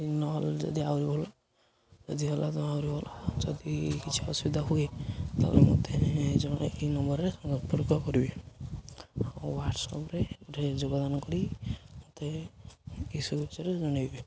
ନହେଲେ ଯଦି ଆହୁରି ଭଲ ଯଦି ହେଲା ତ ଆହୁରି ଭଲ ଯଦି କିଛି ଅସୁବିଧା ହୁଏ ତାହେଲେ ମୋତେ ଏ ଜଣ ଏଇ ନମ୍ବରରେ ସମ୍ପର୍କ କରିବେ ଆଉ ହ୍ୱାଟ୍ସଆପ୍ରେ ଯୋଗଦାନ କରି ମୋତେ ଏସବୁ ବିଷୟରେ ଜଣେଇବେ